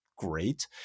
great